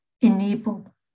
enable